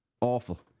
Awful